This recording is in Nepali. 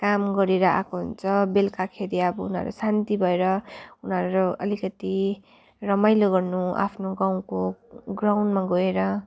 काम गरेर आएको हुन्छ बेलुकाखेरि अब उनीहरू शान्ति भएर उनीहरू अलिकति रमाइलो गर्नु आफ्नो गाउँको ग्राउन्डमा गएर